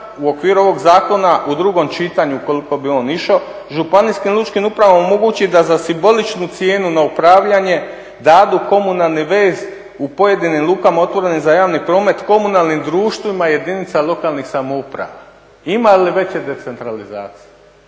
u okviru ovog zakona u drugom čitanju ukoliko bi on išao županijskim lučkim upravama omogući da za simboličnu cijenu na upravljanje dadu komunalni vez u pojedinim lukama otvorenim za javni promet komunalnim društvima jedinica lokalnih samouprava. Ima li veće decentralizacije?